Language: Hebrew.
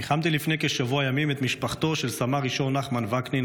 ניחמתי לפני כשבוע ימים את משפחתו של סמל ראשון נחמן וקנין,